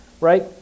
right